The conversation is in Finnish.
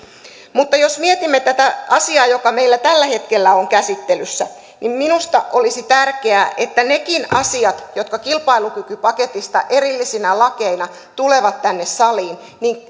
mutta jos mietimme tätä asiaa joka meillä tällä hetkellä on käsittelyssä niin minusta olisi tärkeää että nekin asiat jotka kilpailukykypaketista erillisinä lakeina tulevat tänne saliin